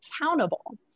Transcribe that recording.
accountable